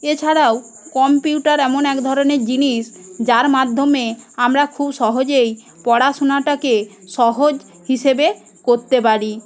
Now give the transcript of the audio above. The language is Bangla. এছাড়াও কম্পিউটার এমন এক ধরণের জিনিস যার মাধ্যমে আমরা খুব সহজেই পড়াশোনা টাকে সহজ হিসেবে করতে পারি